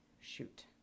shoot